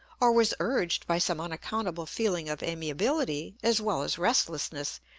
or was urged by some unaccountable feeling of amiability as well as restlessness,